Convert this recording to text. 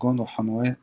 כמו אופנועי תיור,